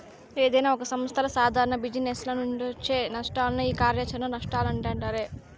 ఏదైనా ఒక సంస్థల సాదారణ జిజినెస్ల నుంచొచ్చే నష్టాలనే ఈ కార్యాచరణ నష్టాలంటుండె